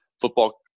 football